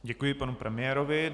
Děkuji panu premiérovi.